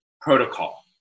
protocol